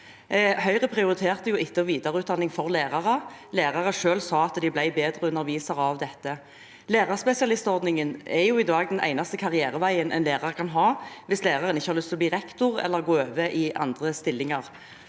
Høyre prioriterte etter- og videreutdanning for lærere. Lærere sa selv at de ble bedre undervisere av det. Lærerspesialistordningen er i dag den eneste karriereveien en lærer kan ha, hvis læreren ikke har lyst til å bli rektor eller gå over i andre stillinger.